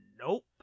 Nope